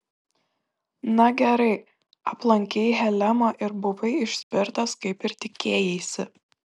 na gerai aplankei helemą ir buvai išspirtas kaip ir tikėjaisi